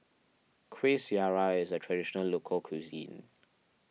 Kueh Syara is a Traditional Local Cuisine